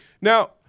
Now